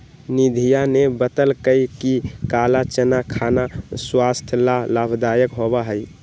निधिया ने बतल कई कि काला चना खाना स्वास्थ्य ला लाभदायक होबा हई